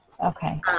Okay